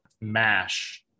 mash